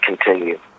continue